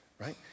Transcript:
right